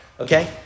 Okay